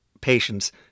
patience